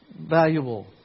valuable